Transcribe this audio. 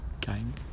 game